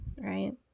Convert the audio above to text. right